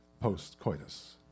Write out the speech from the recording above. post-coitus